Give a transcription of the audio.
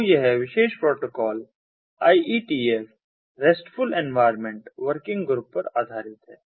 तो यह विशेष protocol IETF RESTful environment working group पर आधारित है